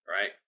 right